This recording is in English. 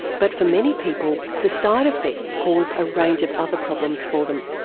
but for many people the side effects cause a range of other problems for them.